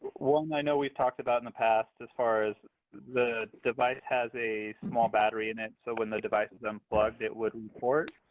one i know we've talked about in the past as far as the device has a small battery in it, so when the device is unplugged it would report.